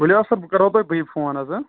ؤلِو حظ سَر بہٕ کَرو تۄہہِ بیٚیہِ فون حظ ہہ